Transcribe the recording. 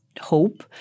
hope